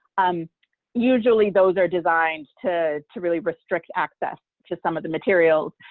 um usually those are designed to to really restrict access to some of the materials,